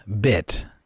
bit